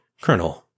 Colonel